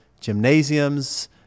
gymnasiums